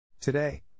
Today